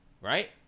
right